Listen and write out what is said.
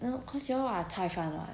well cause you all are 菜饭 [what]